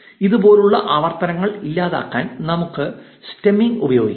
ഇതുപോലുള്ള ആവർത്തനങ്ങൾ ഇല്ലാതാക്കാൻ നമുക്ക് സ്റ്റെമ്മിംഗ് ഉപയോഗിക്കാം